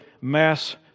mass